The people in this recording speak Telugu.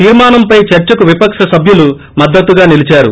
తీర్కానంపై చర్చకు విపక్ష సభ్యులు మద్దతుగా నిలిచారు